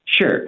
Sure